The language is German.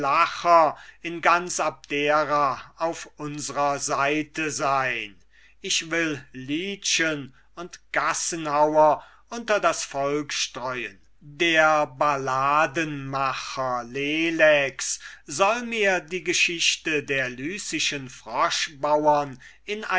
in ganz abdera auf unsrer seite sein ich will liedchen und gassenhauer unter das volk streuen der balladenmacher lelex soll mir die geschichte der lycischen froschbauern in